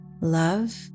Love